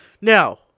Now